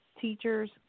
teachers